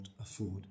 afford